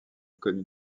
connue